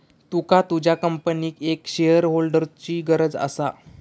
तुका तुझ्या कंपनीक एक शेअरहोल्डरची गरज असा